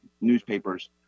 newspapers